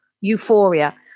euphoria